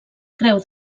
creu